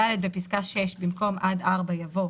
בפסקה (6), במקום "עד (4)" יבוא